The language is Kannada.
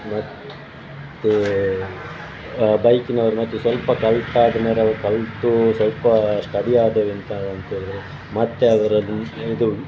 ಮತ್ತೆ ಬೈಕಿನವರು ಮತ್ತು ಸ್ವಲ್ಪ ಕಲ್ತಾದ ಮೇಲೆ ಅವ್ರು ಕಲಿತ ಸ್ವಲ್ಪ ಸ್ಟಡಿ ಆದೆವಂತ ಅಂದ್ಕೊಂಡ್ರೆ ಮತ್ತೆ ಅದ್ರದ್ದು ಇದು